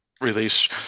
release